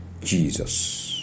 Jesus